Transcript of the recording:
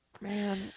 Man